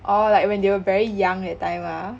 orh like when they were very young that time ah